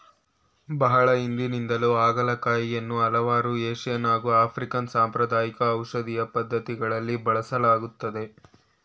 ಬಹಳ ಹಿಂದಿನಿಂದಲೂ ಹಾಗಲಕಾಯಿಯನ್ನು ಹಲವಾರು ಏಶಿಯನ್ ಹಾಗು ಆಫ್ರಿಕನ್ ಸಾಂಪ್ರದಾಯಿಕ ಔಷಧೀಯ ಪದ್ಧತಿಗಳಲ್ಲಿ ಬಳಸಲಾಗ್ತದೆ